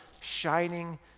shining